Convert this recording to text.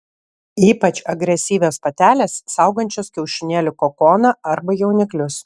ypač agresyvios patelės saugojančios kiaušinėlių kokoną arba jauniklius